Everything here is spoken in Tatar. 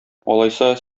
алайса